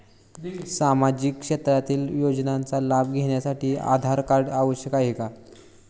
सामाजिक क्षेत्रातील योजनांचा लाभ घेण्यासाठी आधार कार्ड आवश्यक आहे का?